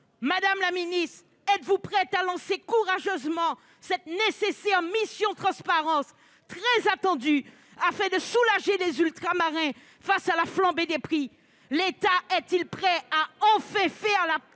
Madame la ministre, êtes-vous prête à lancer courageusement cette nécessaire mission transparence très attendue, afin de soulager les Ultramarins face à la flambée des prix ? L'État est-il prêt à enfin faire la